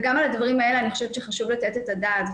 וגם על הדברים האלה אני חושבת שחשוב לתת את הדעת,